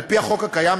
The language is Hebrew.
על-פי החוק הקיים,